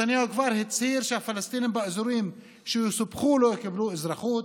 נתניהו כבר הצהיר שהפלסטינים באזורים שיסופחו לא יקבלו אזרחות,